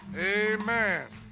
hey, man,